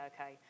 okay